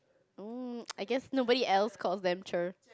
oh I guess nobody else calls them